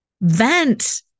Vent